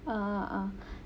ah ah ah